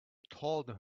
told